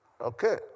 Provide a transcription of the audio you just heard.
Okay